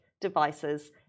devices